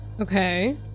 Okay